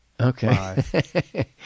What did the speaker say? Okay